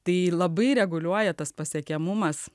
tai labai reguliuoja tas pasiekiamumas